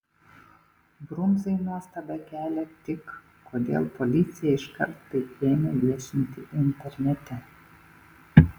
brundzai nuostabą kelia tik kodėl policija iškart tai ėmė viešinti internete